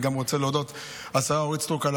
אני גם רוצה להודות לשרה אורית סטרוק על